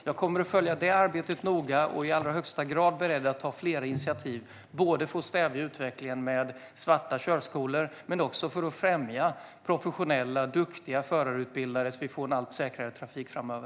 Jag kommer att följa det arbetet noga och är i allra högsta grad beredd att ta flera initiativ, för att stävja utvecklingen med svarta körskolor men också för att främja professionella och duktiga förarutbildare så att vi får allt säkrare trafik framöver.